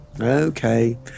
Okay